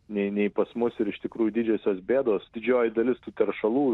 nei nei pas mus ir iš tikrųjų didžiosios bėdos didžioji dalis tų teršalų